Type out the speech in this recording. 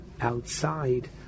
outside